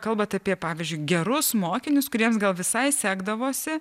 kalbat apie pavyzdžiui gerus mokinius kuriems gal visai sekdavosi